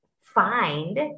Find